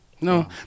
No